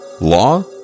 Law